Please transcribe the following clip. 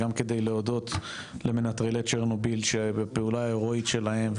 גם כדי להודות למנטרלי צ'רנוביל שבפעולה הרואית שלהם,